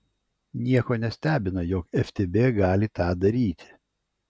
nieko nestebina jog ftb gali tą daryti